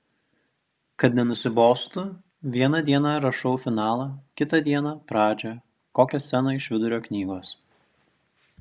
kad nenusibostų vieną dieną rašau finalą kitą dieną pradžią kokią sceną iš vidurio knygos